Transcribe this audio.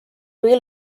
lui